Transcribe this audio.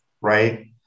right